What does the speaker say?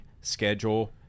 schedule